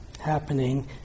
happening